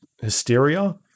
hysteria